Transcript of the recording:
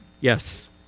Yes